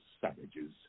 savages